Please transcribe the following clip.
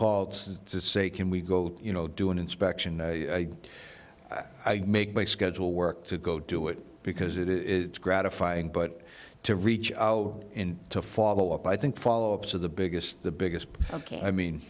called to say can we go you know do an inspection i make my schedule work to go do it because it is gratifying but to reach out in to follow up i think follow ups of the biggest the biggest i mean